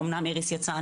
אומנם איריס יצאה,